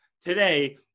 today